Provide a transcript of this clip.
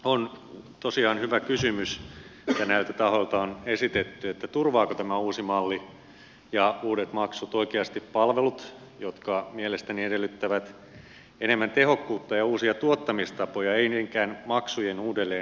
on tosiaan hyvä kysymys mikä näiltä tahoilta on esitetty että turvaavatko tämä uusi malli ja uudet maksut oikeasti palvelut jotka mielestäni edellyttävät enemmän tehokkuutta ja uusia tuottamistapoja eivät niinkään maksujen uudelleenjakoa